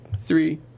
three